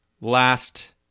Last